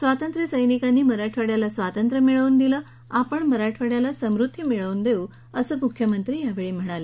स्वातंत्र्य सैनिकांनी मराठवाङ्याला स्वातंत्र्य मिळवून दिलं आपण मराठवाङ्याला सम्रुद्वी मिळवून देऊ असं मुख्यमंत्री यावेळी म्हणाले